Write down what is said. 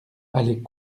allait